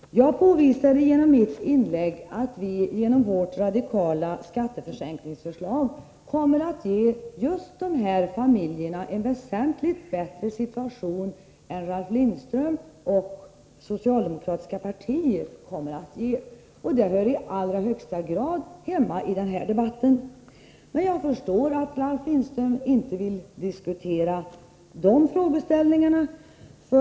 Herr talman! Jag påvisade i mitt inlägg att just de familjer som vi här tälar om kommer genom vårt radikala skattesänkningsförslag att få en väsentligt bättre situation än Ralf Lindström och övriga socialdemokrater kan erbjuda. Det resonemanget hör i allra högsta grad hemma i den här debatten. Jag förstår att Ralf Lindström inte vill diskutera de frågeställningarna.